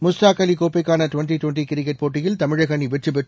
முஸ்தாக் அலி கோப்பைக்கான twenty twenty cricket போட்டியில் தமிழக அணி வெற்றிபெற்று